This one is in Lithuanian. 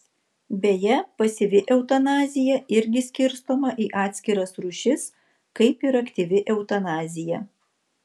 beje pasyvi eutanazija irgi skirstoma į atskiras rūšis kaip ir aktyvi eutanazija